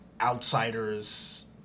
Outsiders